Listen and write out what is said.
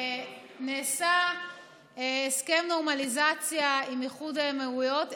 נעשה הסכם נורמליזציה עם איחוד האמירויות,